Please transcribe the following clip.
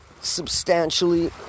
substantially